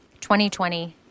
2020